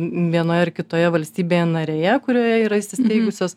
vienoje ar kitoje valstybėje narėje kurioje yra įsisteigusios